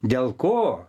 dėl ko